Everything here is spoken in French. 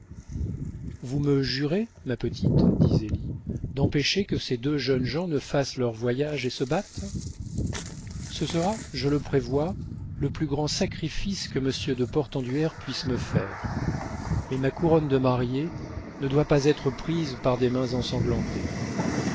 vous me jurez ma petite dit zélie d'empêcher que ces deux jeunes gens ne fassent leur voyage et se battent ce sera je le prévois le plus grand sacrifice que monsieur de portenduère puisse me faire mais ma couronne de mariée ne doit pas être prise par des mains ensanglantées